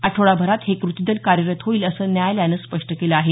आठवडाभरात हे क्रती दल कार्यरत होईल असं न्यायालयानं स्पष्ट केलं आहे